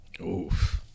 Oof